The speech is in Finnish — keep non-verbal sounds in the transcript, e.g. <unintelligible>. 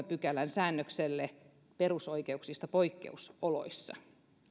<unintelligible> pykälän säännökselle perusoikeuksista poikkeusoloissa